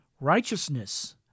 righteousness